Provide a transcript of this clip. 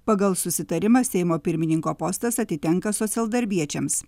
pagal susitarimą seimo pirmininko postas atitenka socialdarbiečiams